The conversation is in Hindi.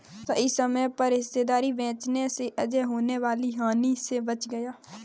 सही समय पर हिस्सेदारी बेचने से अजय होने वाली हानि से बच गया